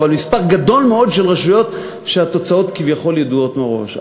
אבל מספר גדול מאוד של רשויות שהתוצאות כביכול ידועות מראש,